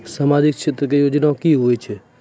समाजिक क्षेत्र के योजना की होय छै?